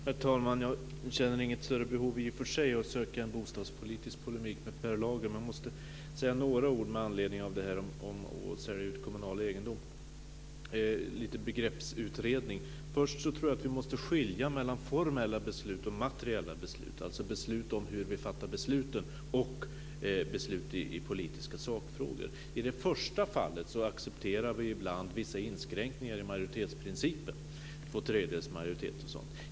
Herr talman! Jag känner i och för sig inget större behov av att söka en bostadspolitisk polemik med Per Lager. Men jag måste säga några ord om det här med att sälja ut kommunal egendom. Det är lite begreppsutredning. Först tror jag att vi måste skilja mellan formella beslut och materiella beslut, alltså beslut om hur vi fattar besluten och beslut i politiska sakfrågor. I det första fallet accepterar vi ibland vissa inskränkningar i majoritetsprincipen, två tredjedels majoritet och sådant.